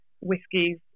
whiskies